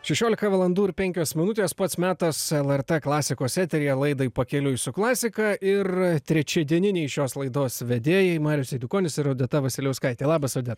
šešiolika valandų ir penkios minutės pats metas lrt klasikos eteryje laidai pakeliui su klasika ir trečiadieniniai šios laidos vedėjai marius eidukonis ir odeta vasiliauskaitė labas odeta